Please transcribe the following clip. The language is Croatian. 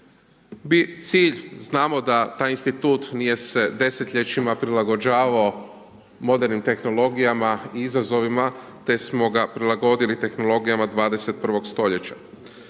Cilj, znamo da taj institutu nije se desetljećima prilagođavao modernim tehnologijama i izazovima te smo ga prilagodili tehnologijama 21 stoljeća.